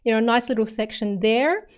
you know nice little section there.